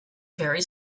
very